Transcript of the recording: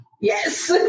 Yes